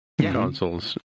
consoles